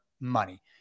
money